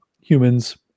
humans